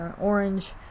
orange